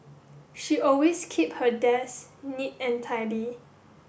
she always keep her desk neat and tidy